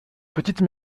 petites